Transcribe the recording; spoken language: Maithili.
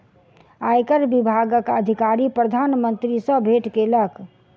आयकर विभागक अधिकारी प्रधान मंत्री सॅ भेट केलक